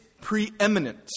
preeminent